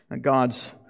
God's